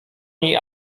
niej